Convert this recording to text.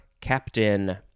captain